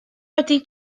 wedi